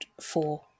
four